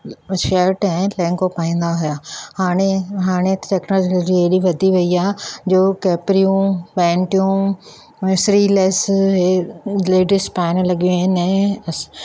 shirt ऐं लहंगो पाईंदा हुआ हाणे हाणे टैक्नोलोजी हेॾी वधी वई आहे जो केपरियूं पैंटियूं स्लीवलैस इहे लेडीज़ पाइणु लॻियूं आहिनि ऐं